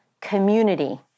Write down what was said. community